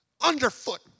underfoot